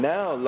Now